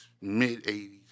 mid-80s